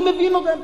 אני מנסה,